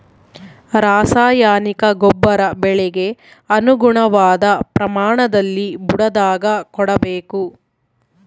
ರಾಸಾಯನಿಕ ಗೊಬ್ಬರ ಬೆಳೆಗೆ ಅನುಗುಣವಾದ ಪ್ರಮಾಣದಲ್ಲಿ ಬುಡದಾಗ ಕೊಡಬೇಕು